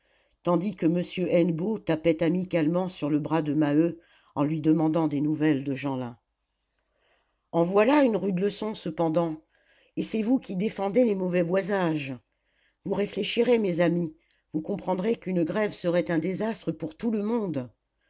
tandis que m hennebeau tapait amicalement sur le bras de maheu en lui demandant des nouvelles de jeanlin en voilà une rude leçon cependant et c'est vous qui défendez les mauvais boisages vous réfléchirez mes amis vous comprendrez qu'une grève serait un désastre pour tout le monde